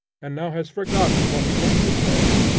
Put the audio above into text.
and now has forgotten what he went to say.